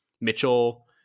mitchell